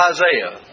Isaiah